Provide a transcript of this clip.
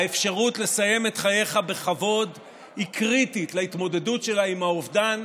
האפשרות לסיים את חייך בכבוד היא קריטית להתמודדות שלה עם האובדן,